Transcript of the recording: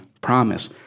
promise